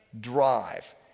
drive